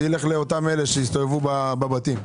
זה ילך לאלה שיסתובבו בבתים.